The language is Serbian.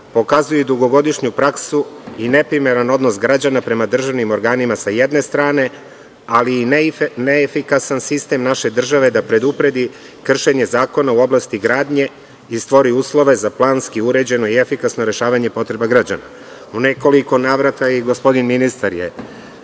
pokazuju i dugogodišnju praksu i neprimeren odnos građana prema državnim organima, s jedne strane, ali i neefikasan sistem naše države da predupredi kršenje zakona u oblasti gradnje i stvori uslove za planski uređeno i efikasno rešavanje potreba građana. U nekoliko navrata je i gospodin ministar